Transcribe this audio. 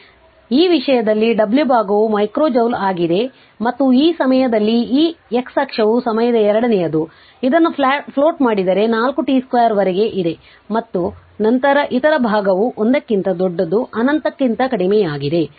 ಆದ್ದರಿಂದ ಈ ವಿಷಯದಲ್ಲಿ W ಭಾಗವು ಮೈಕ್ರೋ ಜೌಲ್ ಆಗಿದೆ ಮತ್ತು ಈ ಸಮಯದಲ್ಲಿ ಈ x ಅಕ್ಷವು ಸಮಯದ ಎರಡನೆಯದು ಇದನ್ನು ಪ್ಲಾಟ್ ಮಾಡಿದರೆ 4 t 2 ವರೆಗೆ ಇದೆ ಮತ್ತು ನಂತರ ಇತರ ಭಾಗವು 1 ಕ್ಕಿಂತ ದೊಡ್ಡದು ಅನಂತಕ್ಕಿಂತ ಕಡಿಮೆಯಾಗಿದೆ